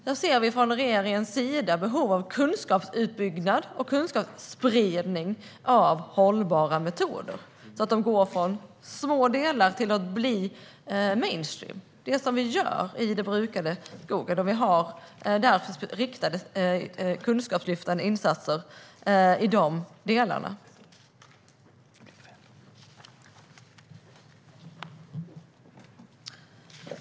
Där ser regeringen behov av kunskapsutbyggnad och kunskapsspridning av hållbara metoder, så att de går från att vara små delar till att bli mainstream, det vi gör i den brukade skogen. Vi har därför riktade kunskapslyftande insatser i de delarna.